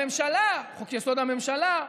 הממשלה, חוק-יסוד: הממשלה,